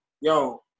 yo